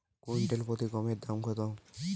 Quintal প্রতি গমের দাম কত?